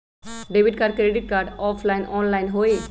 Debit card credit card offline online होई?